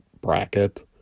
bracket